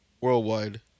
Worldwide